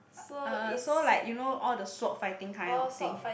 uh so like you know all the sword fighting kind of thing